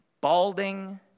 balding